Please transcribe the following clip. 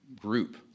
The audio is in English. group